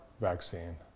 vaccine